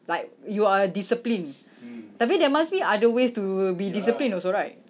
like you're disciplined tapi there must be other ways to be disciplined also right